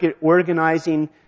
organizing